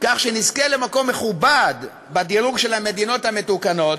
כך שנזכה למקום מכובד בדירוג של המדינות המתוקנות,